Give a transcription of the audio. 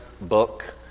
book